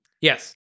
Yes